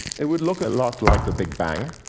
it would look a lot like the big bang.